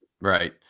Right